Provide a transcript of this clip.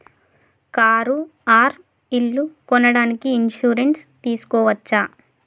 Car or ఇల్లు కొనడానికి insurance తీస్కోవచ్చా?